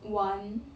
one